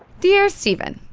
dear steven,